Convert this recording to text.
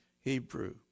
Hebrew